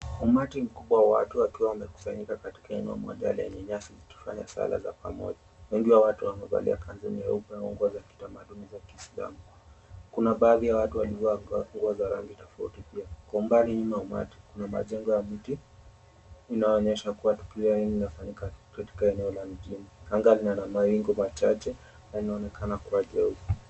Umati mkubwa wa watu wakiwa wamekusanyika katika eneo moja lenye nyasi wakifanya sala za pamoja. Wengi wa watu hawa wamevalia kanzu nyeupe au nguo za kitamaduni za kiislamu. Kuna baadhi ya watu walivaa nguo za rangi tofauti pia. Kwa umbali nyuma ya umati kuna majengo ya miti inayoonyesha kuwa tukio hili linafanyika eneo la mjini. Anga lina mawingu machache na linaonekana kuwa jeupe.